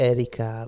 Erika